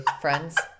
friends